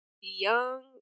Young